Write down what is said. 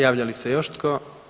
Javlja li se još tko?